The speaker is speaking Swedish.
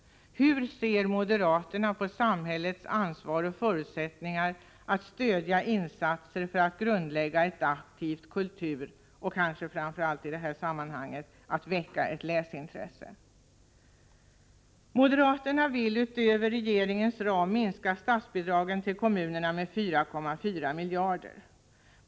Hur ser moderaterna på samhällets ansvar och förutsättningar att stödja insatser för att grundlägga ett aktivt kulturintresse och, kanske framför allt i det här sammanhanget, väcka ett läsintresse? Moderaterna vill minska statsbidragen till kulturen med 4,4 miljarder i förhållande till den av regeringen föreslagna ramen.